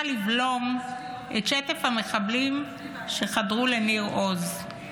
לבלום את שטף המחבלים שחדרו לניר עוז.